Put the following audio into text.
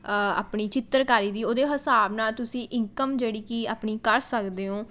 ਆਪਣੀ ਚਿੱਤਰਕਾਰੀ ਦੀ ਉਹਦੇ ਹਿਸਾਬ ਨਾਲ਼ ਤੁਸੀਂ ਇਨਕਮ ਜਿਹੜੀ ਕਿ ਆਪਣੀ ਕਰ ਸਕਦੇ ਹੋ